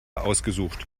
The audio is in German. ausgesucht